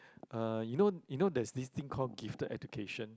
uh you know you know there's this thing call gifted education